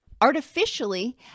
artificially